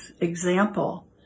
example